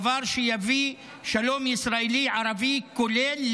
דבר שיביא שלום ישראלי-ערבי כולל,